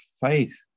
faith